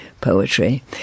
poetry